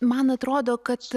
man atrodo kad